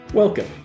Welcome